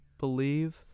believe